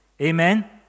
Amen